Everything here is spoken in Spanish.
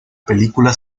película